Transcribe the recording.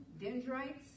dendrites